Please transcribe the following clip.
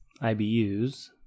IBUs